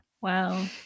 Wow